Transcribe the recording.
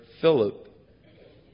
Philip